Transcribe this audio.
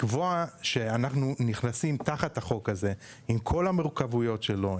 במקום לקבוע שאנחנו נכנסים תחת החוק הזה עם כל המורכבויות שלו,